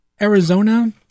Arizona